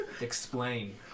explain